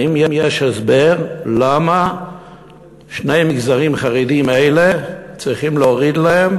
האם יש הסבר למה שני מגזרים חרדיים אלה צריכים להוריד להם,